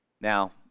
Now